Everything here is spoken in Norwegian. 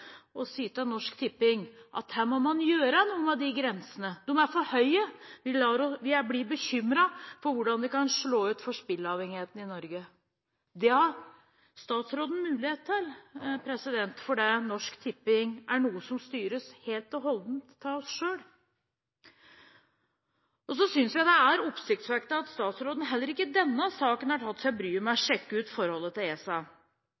og si til Norsk Tipping at her må man gjøre noe med disse grensene, de er for høye, vi blir bekymret for hvordan dette kan slå ut for spilleavhengigheten i Norge. Det har statsråden mulighet til, for Norsk Tipping er noe som styres helt og holdent av oss selv. Så synes jeg det er oppsiktsvekkende at statsråden heller ikke i denne saken har tatt seg bryet med å sjekke ut forholdet til ESA.